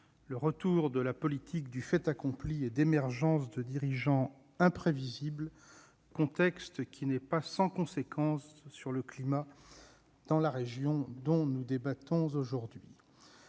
de retour de la politique du fait accompli et d'émergence de dirigeants imprévisibles, ce contexte n'étant pas sans conséquence sur le climat dans la région dont nous débattons aujourd'hui.